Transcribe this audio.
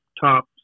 top